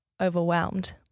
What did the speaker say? overwhelmed